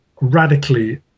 radically